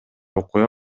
окуя